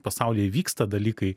pasaulyje vyksta dalykai